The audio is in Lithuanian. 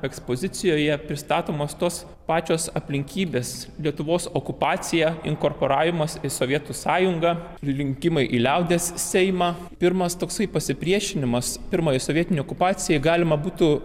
ekspozicijoje pristatomos tos pačios aplinkybės lietuvos okupacija inkorporavimas į sovietų sąjungą rinkimai į liaudies seimą pirmas toksai pasipriešinimas pirmai sovietinei okupacijai galima būtų